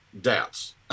doubts